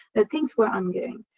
that things were ongoing.